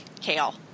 kale